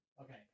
Okay